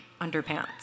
underpants